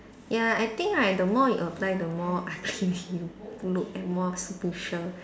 ya I think right the more you apply the more ugly you look and more superficial